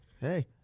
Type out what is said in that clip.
hey